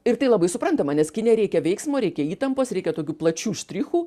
ir tai labai suprantama nes kine reikia veiksmo reikia įtampos reikia tokių plačių štrichų